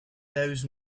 knows